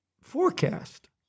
forecast